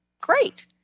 Great